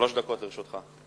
שלוש דקות לרשותך.